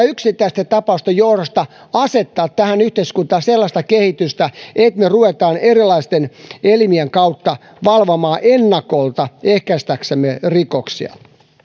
yksittäisten tapausten johdosta asettaa tähän yhteiskuntaan sellaista kehitystä että me rupeamme erilaisten elimien kautta valvomaan ennakolta ehkäistäksemme rikoksia